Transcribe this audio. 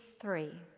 three